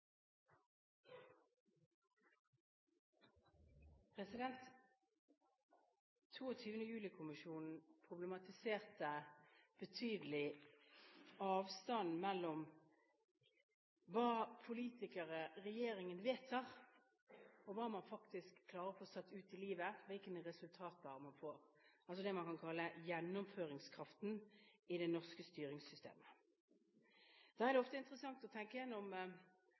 problematiserte betydelig avstand mellom hva politikere/regjeringen vedtar, og hva man faktisk klarer å få satt ut i livet – hvilke resultater man får, altså det man kan kalle gjennomføringskraften i det norske styringssystemet. Da er det ofte interessant å tenke